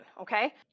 okay